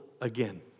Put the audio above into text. again